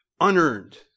unearned